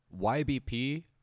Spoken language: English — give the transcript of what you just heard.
YBP